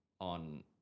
on